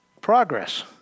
progress